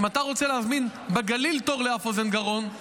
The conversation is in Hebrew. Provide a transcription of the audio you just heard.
אם אתה רוצה להזמין בגליל תור לאף אוזן גרון,